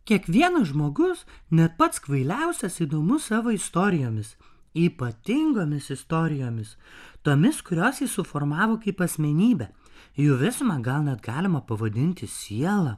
kiekvienas žmogus net pats kvailiausias įdomus savo istorijomis ypatingomis istorijomis tomis kurios jį suformavo kaip asmenybę jų visumą gal net galima pavadinti siela